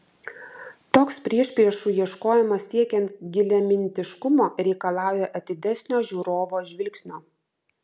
toks priešpriešų ieškojimas siekiant giliamintiškumo reikalauja atidesnio žiūrovo žvilgsnio